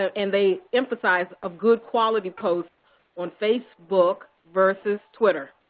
and they emphasized a good quality post on facebook versus twitter.